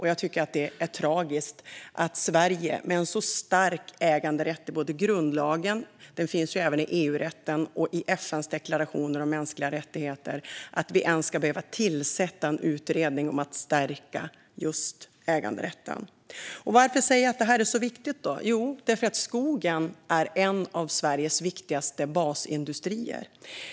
Jag tycker att det är tragiskt att Sverige med en så stark äganderätt i grundlagen - den finns även i EU-rätten och i FN:s deklaration om mänskliga rättigheter - ska behöva tillsätta en utredning om att stärka äganderätten. Varför säger jag då att det här är så viktigt? Jo, därför att skogen är en av Sveriges viktigaste basindustrier.